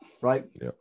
right